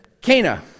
Cana